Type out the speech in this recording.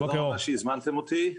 תודה רבה שהזמנתם אותי,